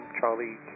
Charlie